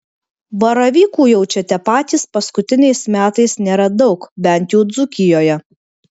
baravykų jaučiate patys paskutiniais metais nėra daug bent jau dzūkijoje